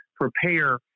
prepare